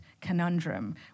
conundrum